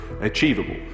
achievable